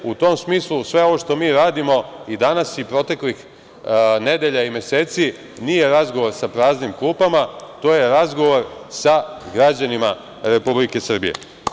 U tom smislu sve ovo što mi radimo, i danas i proteklih nedelja i meseci, nije razgovor sa praznim klupama, to je razgovor sa građanima Republike Srbije.